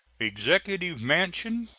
executive mansion,